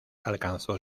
alcanzó